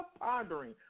pondering